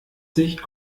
sich